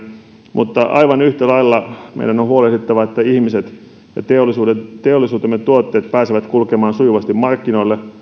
mutta aivan yhtä lailla meidän on huolehdittava että ihmiset ja teollisuutemme tuotteet pääsevät kulkemaan sujuvasti markkinoille